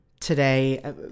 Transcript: today